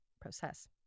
process